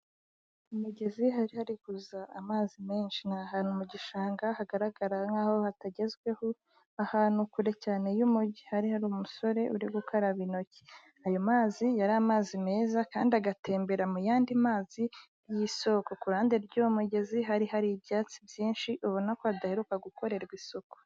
Mu migezi hari harikuza amazi menshi. Ni ahantu mu gishanga hagara nkaho hatagezweho, ahantu kure cyane y'umujyi. Hari hari umusore urigukaraba intoki. Ayo mazi yari amazi meza kandi agatembera mu yandi mazi y'isoko. Ku ruhande rw'uwo mugezi hari hari ibyatsi byinshi ubona ko hadaheruka gukorerwa isuku.